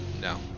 No